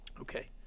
Okay